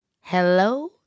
hello